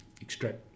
extract